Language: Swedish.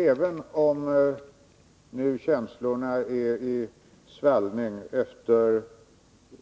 Även om känslorna nu är i svallning efter